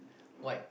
white